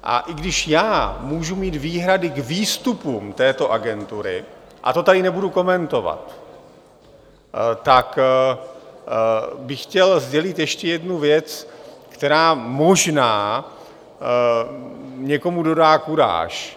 A i když já můžu mít výhrady k výstupům této Agentury, a to tady nebudu komentovat, tak bych chtěl sdělit ještě jednu věc, která možná někomu dodá kuráž.